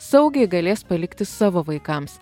saugiai galės palikti savo vaikams